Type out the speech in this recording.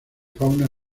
fauna